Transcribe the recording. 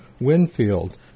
Winfield